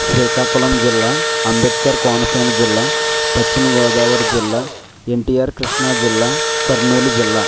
శ్రీకాకుళం జిల్లా అంబేద్కర్ కోనసీమ జిల్లా పశ్చిమగోదావరి జిల్లా ఎన్టీఆర్ కృష్ణాజిల్లా కర్నూలు జిల్లా